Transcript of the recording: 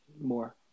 more